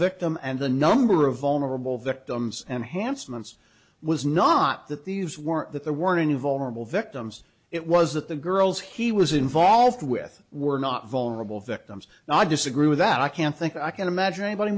victim and the number of vulnerable victims and handsome months was not that these were that there weren't any vulnerable victims it was that the girls he was involved with were not vulnerable victims and i disagree with that i can't think i can imagine anybody